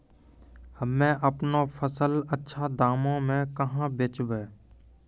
हम्मे आपनौ फसल अच्छा दामों मे कहाँ बेचबै?